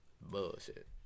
bullshit